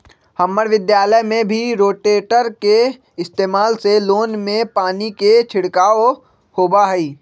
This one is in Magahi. हम्मर विद्यालय में भी रोटेटर के इस्तेमाल से लोन में पानी के छिड़काव होबा हई